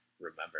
remember